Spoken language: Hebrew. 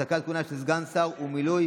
בפרק ב' (המועצה המאסדרת)